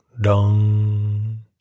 dong